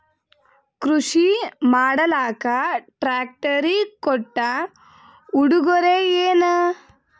ಕೃಷಿ ಮಾಡಲಾಕ ಟ್ರಾಕ್ಟರಿ ಕೊಟ್ಟ ಉಡುಗೊರೆಯೇನ?